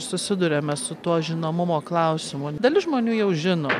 susiduriame su tuo žinomumo klausimu dalis žmonių jau žino